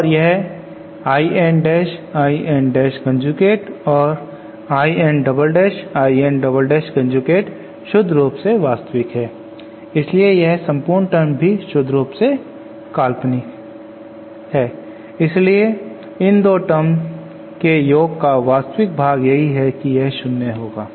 और यह I N dash I N dash conjugate और I N double dash I N double dash conjugate शुद्ध रुप से वास्तविक है इसलिए यह संपूर्ण टर्म भी शुद्ध रूप से काल्पनिक है इसलिए इन दो टर्म्स के योग का वास्तविक भाग यही है और वह शुन्य होगा